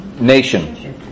nation